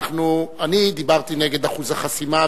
אני דיברתי נגד אחוז החסימה,